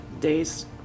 days